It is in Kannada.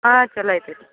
ಹಾಂ ಚಲೋ ಐತ್ರಿ